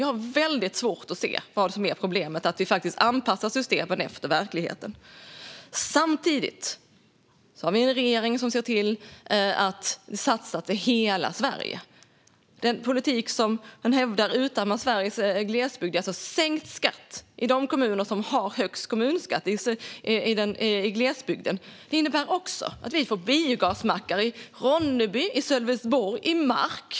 Jag har väldigt svårt att se vad som är problemet med att vi anpassar systemet efter verkligheten. Samtidigt har vi en regering som ser till att vi satsar på hela Sverige. Den politik som man hävdar utarmar Sveriges glesbygd är alltså sänkt skatt i de kommuner som har högst kommunskatt i glesbygden. Detta innebär också att vi får biogasmackar i Ronneby, Sölvesborg och Mark.